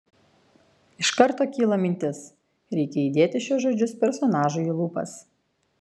iš karto kyla mintis reikia įdėti šiuos žodžius personažui į lūpas